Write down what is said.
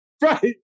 Right